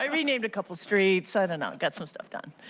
i mean a but couple of streets, and and got some stuff done.